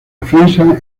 defensa